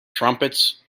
trumpets